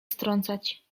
strącać